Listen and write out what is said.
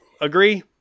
Agree